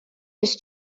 ist